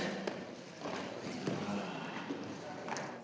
Hvala